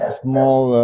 small